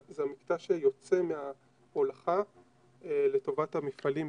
זה המקטע שיוצא מההולכה לטובת המפעלים,